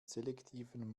selektiven